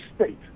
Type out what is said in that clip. state